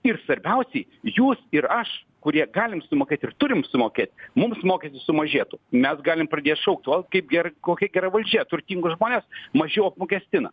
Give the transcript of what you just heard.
ir svarbiausiai jūs ir aš kurie galim sumokėt ir turim sumokėt mums mokestis sumažėtų mes galim pradėt šaukt oi kaip gera kokia gera valdžia turtingus žmones mažiau apmokestina